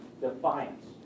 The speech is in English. Defiance